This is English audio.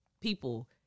people